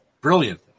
brilliant